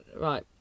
Right